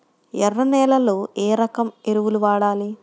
ఎర్ర నేలలో ఏ రకం ఎరువులు వాడాలి?